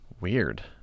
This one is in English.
Weird